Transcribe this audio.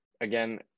again